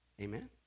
Amen